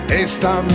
esta